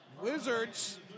Wizards